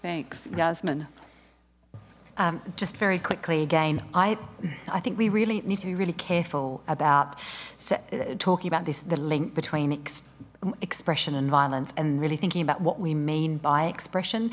thanks jasmine just very quickly again i i think we really need to be really careful about talking about this the link between expression and violence and really thinking about what we mean by expression